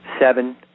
Seven